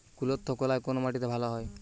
কুলত্থ কলাই কোন মাটিতে ভালো হয়?